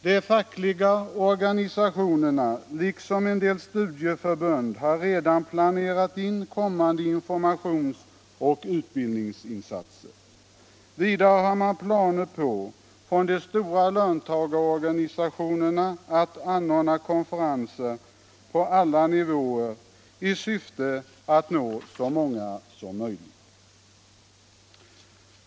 De fackliga organisationerna liksom en del studieförbund har redan planerat in kommande informationsoch utbildningsinsatser. Vidare har man från de stora löntagarorganisationerna planer på att anordna konferenser på alla nivåer i syfte att nå så många som möjligt.